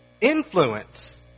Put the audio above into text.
Influence